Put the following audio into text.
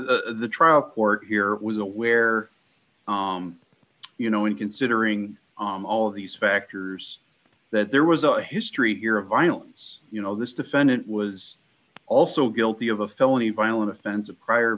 the trial court here was aware you know in considering all of these factors that there was a history here of violence you know this defendant was also guilty of a felony violent offense a prior